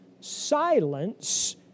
silence